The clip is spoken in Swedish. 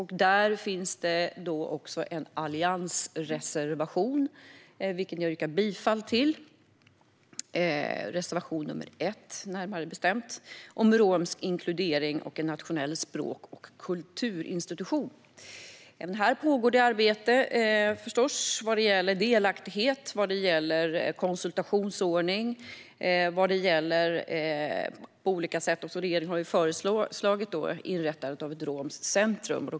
Här finns det en alliansreservation - närmare bestämt reservation 1, om romsk inkludering och en nationell språk och kulturinstitution - som jag yrkar bifall till. Även här pågår arbete vad gäller delaktighet och konsultationsordning. Regeringen har föreslagit inrättandet av ett romskt centrum.